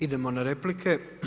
Idemo na replike.